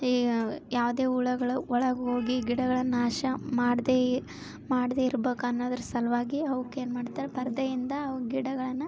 ಈ ಯಾವುದೇ ಹುಳಗಳು ಒಳಗೋಗಿ ಗಿಡಗಳನ್ನು ನಾಶ ಮಾಡದೇ ಮಾಡದೇ ಇರಬೇಕನ್ನೋದ್ರ ಸಲುವಾಗಿ ಅವುಕ್ಕೇನು ಮಾಡ್ತಾರೆ ಪರದೆಯಿಂದ ಅವು ಗಿಡಗಳನ್ನು